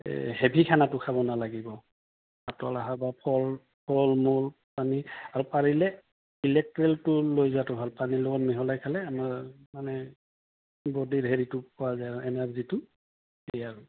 এই হেভি খানাটো খাব নালাগিব পাতল আহাৰ বা ফল ফল মূল পানী আৰু পাৰিলে ইলেক্ট্ৰেলটো লৈ যোৱাটো ভাল পানীৰ লগত মিহলাই খালে আমাৰ মানে বডীৰ হেৰিটো পোৱা যায় এনাৰ্জিটো সেই আৰু